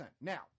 Now